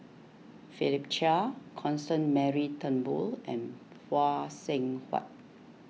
Philip Chia Constance Mary Turnbull and Phay Seng Whatt